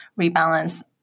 rebalance